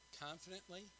confidently